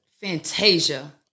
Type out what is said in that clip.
Fantasia